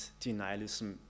denialism